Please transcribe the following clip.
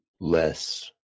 less